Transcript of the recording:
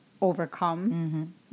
overcome